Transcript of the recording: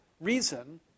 reason